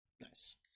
Nice